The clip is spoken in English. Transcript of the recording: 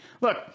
Look